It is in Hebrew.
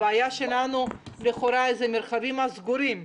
הבעיה שלנו זה המרחבים הסגורים.